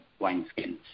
wineskins